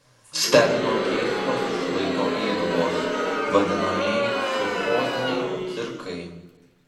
stebino keistos šlaito įdubos vadinamieji sufoziniai cirkai